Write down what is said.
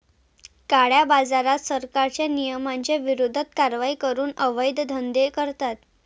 काळ्याबाजारात, सरकारच्या नियमांच्या विरोधात कारवाई करून अवैध धंदे करतात